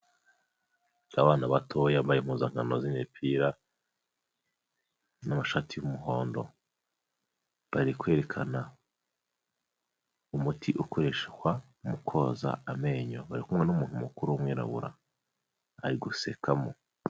Abana batoya bambaye impuzankano z'imipira, n'amashati y'umuhondo. Bari kwerekana umuti ukoreshwa mu koza amenyo, bari kumwe n'umuntu mukuru w'umwirabura, ari gusekamo.